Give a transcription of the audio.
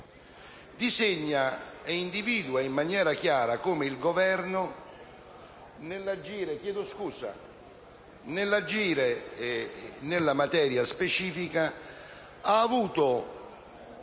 disegna e individua in maniera chiara come il Governo, nell'agire nella materia specifica, abbia avuto